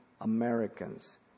Americans